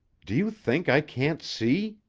do you think i can't see?